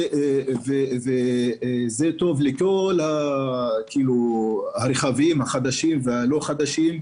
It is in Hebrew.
וטובה לכל הרכבים החדשים והישנים,